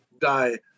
die